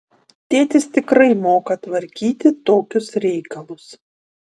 tėtis tikrai moka tvarkyti tokius reikalus